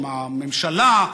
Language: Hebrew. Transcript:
עם הממשלה,